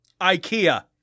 Ikea